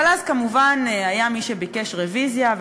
אבל אז כמובן היה מי שביקש רוויזיה,